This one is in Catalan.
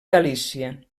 galícia